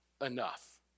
enough